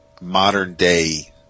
modern-day